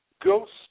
ghost